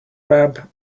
ramp